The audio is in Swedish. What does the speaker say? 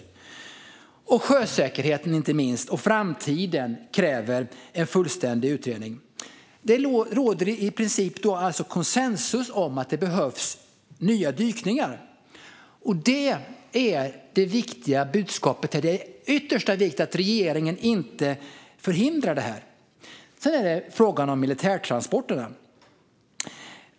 Inte minst sjösäkerheten och framtiden kräver en fullständig utredning. Det råder alltså i princip konsensus om att det behövs nya dykningar. Det är det viktiga budskapet här, och det är av yttersta vikt att regeringen inte förhindrar det. Sedan har vi frågan om militärtransporterna.